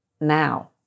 now